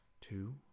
two